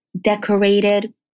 decorated